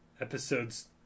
Episodes